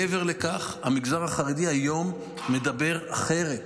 מעבר לכך, המגזר החרדי היום מדבר אחרת.